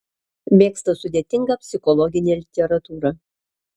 mėgsta sudėtingą psichologinę literatūrą